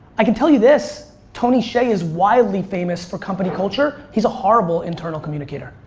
i can tell you this. tony hsieh is wildly famous for company culture, he's a horrible internal communicator.